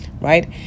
Right